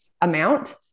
amount